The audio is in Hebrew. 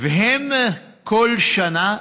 הם כל שנה,